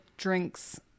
drinks